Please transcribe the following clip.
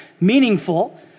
meaningful